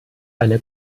eine